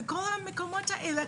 בכל המקומות האלה,